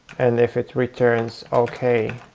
and if it returns ok,